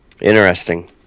Interesting